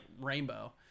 Rainbow